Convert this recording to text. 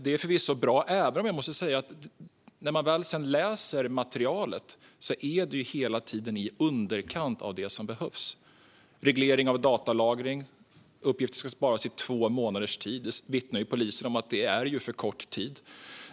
Det är förvisso bra även om jag måste säga att när man väl läser materialet slås man av att allt hela tiden är i underkant av vad som behövs. När det gäller regleringen av datalagring ska uppgifterna sparas i två månader. Polisen vittnar om att det är för kort tid.